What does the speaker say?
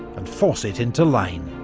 and force it into line.